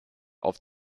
auf